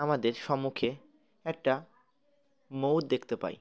আমাদের সম্মুখে একটা ময়ূর দেখতে পাই